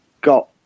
got